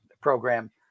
program